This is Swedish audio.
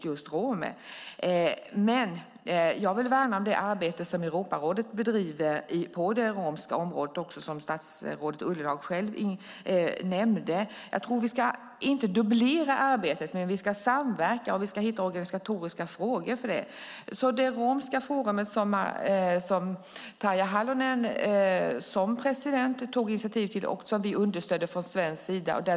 Jag vill värna om det arbete som Europarådet bedriver på det romska området, vilket också statsrådet Ullenhag nämnde. Vi ska inte dubblera arbetet, men vi ska samverka och hitta organisatoriska frågor för det. President Tarja Halonen har tagit initiativ som vi har understött från svensk sida.